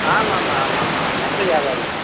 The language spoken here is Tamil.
ஆமாம்மா ஆமாம்மா மொத்த வியாபாரி